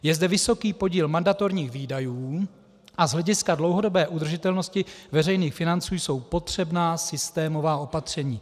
Je zde vysoký podíl mandatorních výdajů a z hlediska dlouhodobé udržitelnosti veřejných financí jsou potřebná systémová opatření.